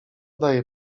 daje